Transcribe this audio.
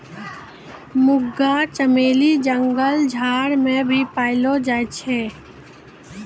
मुंगा चमेली जंगल झाड़ मे भी पैलो जाय छै